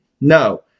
No